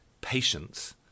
patience